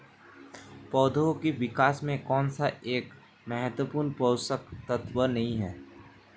पौधों के विकास में कौन सा एक महत्वपूर्ण पोषक तत्व नहीं है?